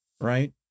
right